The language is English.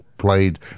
played